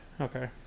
Okay